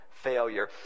failure